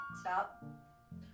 stop